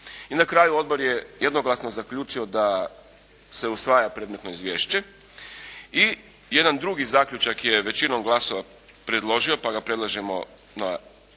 I na kraju Odbor je jednoglasno zaključio da se usvaja predmetno izvješće i jedan drugi zaključak je većinom glasova predložio pa ga predlažemo na usvajanje